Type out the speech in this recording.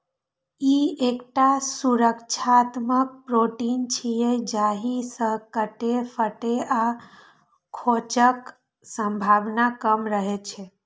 ई एकटा सुरक्षात्मक प्रोटीन छियै, जाहि सं कटै, फटै आ खोंचक संभावना कम रहै छै